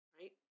right